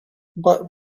but